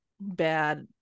bad